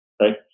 right